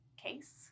case